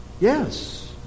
Yes